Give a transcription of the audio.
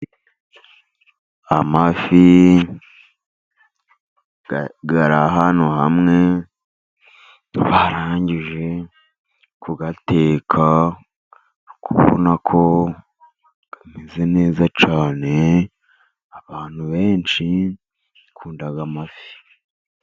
Amafi ari ahantu hamwe, barangije kuyateka, uri kubona ko ameze neza cyane, abantu benshi bakunda amafi.